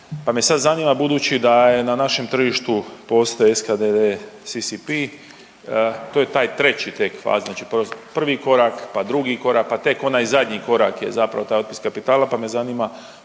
pa me sad zanima budući da je na našem tržištu postoji SKDD CCP to je taj treći tek faza, znači prvi korak, pa drugi korak pa tek onaj zadnji korak je taj odnos kapitala pa me zanima